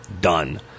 done